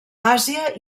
àsia